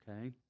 okay